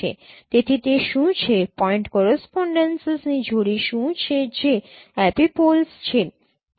તેથી તે શું છે પોઈન્ટ કોરસપોનડેન્સીસની જોડી શું છે જે એપિપોલ્સ છે